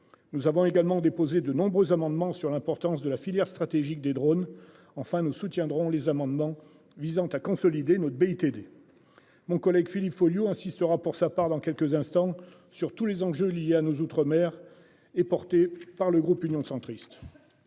Nous avons également déposé de nombreux amendements sur l'importance de la filière stratégique des drone enfin nous soutiendrons les amendements visant à consolider notre BITD. Mon collègue Philippe Folliot insistera pour sa part dans quelques instants sur tous les enjeux liés à nos outre-mer et porté par le groupe Union centriste.